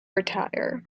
retire